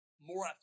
more